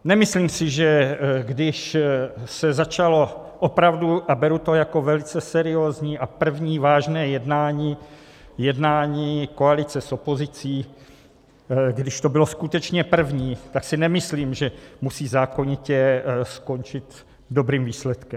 Nemyslím si, že když se začalo opravdu a beru to jako velice seriózní a první vážné jednání koalice s opozicí, když to bylo skutečně první, tak si nemyslím, že musí zákonitě skončit dobrým výsledkem.